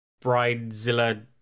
bridezilla